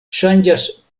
ŝanĝas